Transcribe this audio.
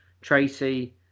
tracy